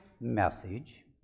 message